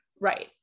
right